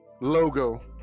logo